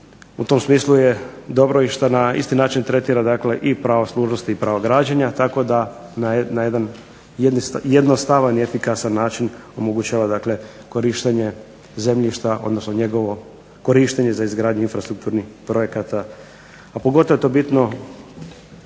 U tom smislu je dobro i šta na isti način tretira dakle i pravo služnosti i pravo građenja, tako da na jedan jednostavan i efikasan način omogućava dakle korištenje zemljišta, odnosno njegovo korištenje za izgradnju infrastrukturnih projekata, a pogotovo je to bitno